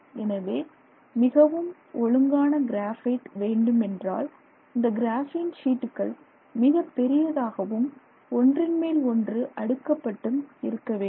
எனவே மிகவும் ஒழுங்கான கிராஃபைட் வேண்டுமென்றால் இந்த கிராபின் ஷீட்டுகள் மிகப் பெரியதாகவும் ஒன்றின் மேல் ஒன்று அடுக்கப்பட்டும் இருக்க வேண்டும்